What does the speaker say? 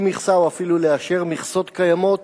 מכסה או אפילו מלאשר מכסות קיימות